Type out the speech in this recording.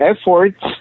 efforts